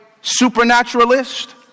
supernaturalist